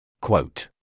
Quote